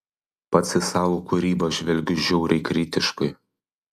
pats į savo kūrybą žvelgiu žiauriai kritiškai